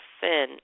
sin